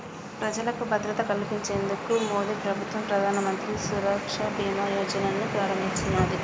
ప్రజలకు భద్రత కల్పించేందుకు మోదీప్రభుత్వం ప్రధానమంత్రి సురక్ష బీమా యోజనను ప్రారంభించినాది